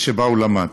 שם הוא למד.